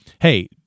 hey